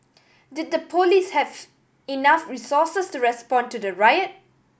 did the police have enough resources to respond to the riot